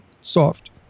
soft